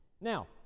Now